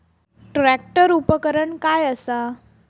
Tractor उपकरण काय असा?